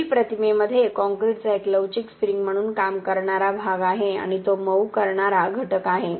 वरील प्रतिमेमध्ये काँक्रीटचा एक लवचिक स्प्रिंग म्हणून काम करणारा भाग आहे आणि तो मऊ करणारा घटक आहे